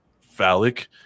phallic